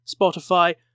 Spotify